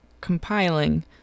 compiling